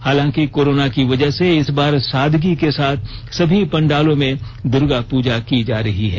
हालांकि कोरोना की वजह से इस बार सादगी के साथ सभी पंडालों में दुर्गा पूजा की जा रही है